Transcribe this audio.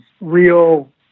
real